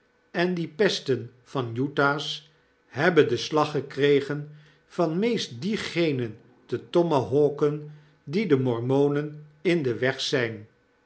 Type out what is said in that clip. en die pesten van tjthas hebben den slag gekregen van meest diegenen te tomahawken die de mormonen in den weg zijn